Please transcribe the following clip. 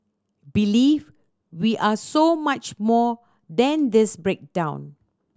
believe we are so much more than this breakdown